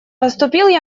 поступил